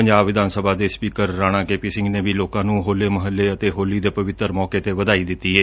ਪੰਜਾਬ ਵਿਧਾਨ ਸਭਾ ਦੇ speaker Rana K P Singh ਨੇ ਵੀ ਲੋਕਾ ਨੂੰ ਹੋਲੇ ਮਹੱਲੇ ਅਤੇ ਹੋਲੀ ਦੇ ਪਵਿੱਤਰ ਮੌਕੇ ਤੇ ਵਧਾਈ ਦਿੱਤੀ ਏ